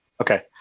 Okay